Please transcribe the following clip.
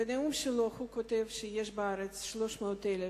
בנאום שלו הוא כותב שיש בארץ 300,000